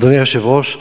אדוני היושב-ראש,